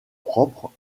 propre